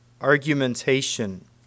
argumentation